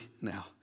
now